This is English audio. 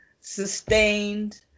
sustained